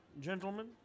gentlemen